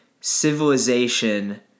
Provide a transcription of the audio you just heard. civilization